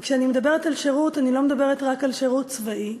וכשאני מדברת על שירות אני לא מדברת רק על שירות צבאי.